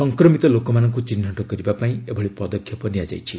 ସଂକ୍ରମିତ ଲୋକମାନଙ୍କୁ ଚିହ୍ନଟ କରିବାପାଇଁ ଏଭଳି ପଦକ୍ଷେପ ନିଆଯାଇଛି